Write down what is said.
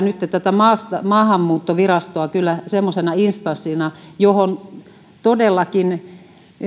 nyt tätä maahanmuuttovirastoa kyllä semmoisena instanssina johon todellakin